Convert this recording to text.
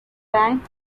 bank